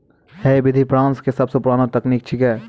है विधि फ्रांस के सबसो पुरानो तकनीक छेकै